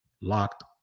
Locked